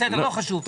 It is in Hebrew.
בסדר, לא חשוב.